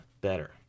better